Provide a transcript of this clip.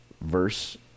verse